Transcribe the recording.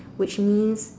which means